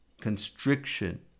constriction